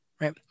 Right